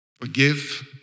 forgive